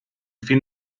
fin